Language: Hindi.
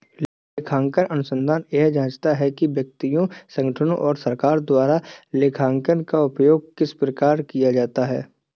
लेखांकन अनुसंधान यह जाँचता है कि व्यक्तियों संगठनों और सरकार द्वारा लेखांकन का उपयोग किस प्रकार किया जाता है